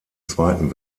zweiten